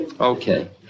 Okay